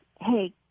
hey